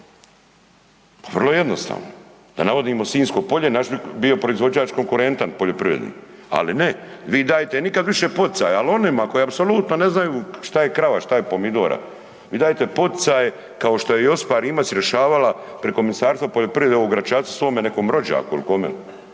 vrlo jednostavno. Da navodnimo Sinjsko polje, naš bi bio proizvođač konkurentan poljoprivredni, ali ne, vi dajete nikad više poticajima, ali onima koji apsolutno ne znaju što je krava, što je pomidora. Mi dajete poticaje, kao što je Josipa Rimac rješavala preko Ministarstva poljoprivrede u Gračacu svome nekom rođaku